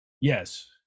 Yes